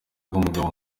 bw’umugabo